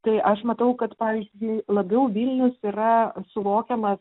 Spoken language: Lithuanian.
tai aš matau kad pavyzdžiui labiau vilnius yra suvokiamas